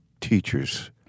teachers